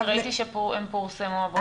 כי ראיתי שהן פורסמו הבוקר.